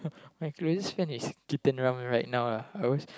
my closest friend is Keaton Ram right now lah